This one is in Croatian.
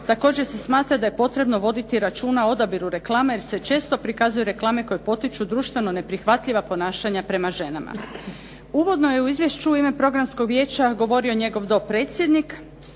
Također se smatra da je potrebno voditi računa o odabiru reklame, jer se često prikazuju reklame koje potiču društveno neprihvatljiva ponašanja prema ženama. Uvodno je u izvješću u ime Programskog vijeća govorio njegov dopredsjednik.